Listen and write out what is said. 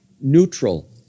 neutral